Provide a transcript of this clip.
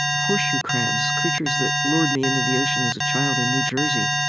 horseshoe crabs, creatures that lured me into the ocean as a child in new jersey,